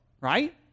right